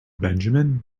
benjamin